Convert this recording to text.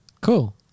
Cool